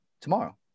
Tomorrow